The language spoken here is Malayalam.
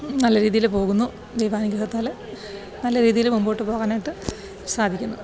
നല്ല രീതിയിൽ പോകുന്നു ദൈവാനുഗ്രഹത്താൽ നല്ല രീതിയിൽ മുമ്പോട്ട് പോകാനായിട്ട് സാധിക്കുന്നു